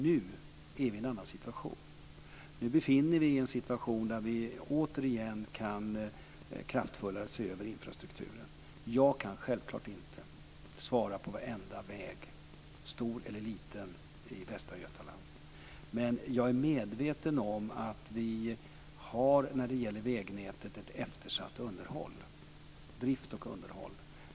Nu är vi i en annan situation. Nu befinner vi oss i en situation där vi återigen kraftfullare kan se över infrastrukturen. Jag kan självklart inte svara för varenda väg, stor eller liten, i Västra Götaland. Men jag är medveten om att när det gäller vägnätet är drift och underhåll eftersatta.